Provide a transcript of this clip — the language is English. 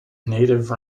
native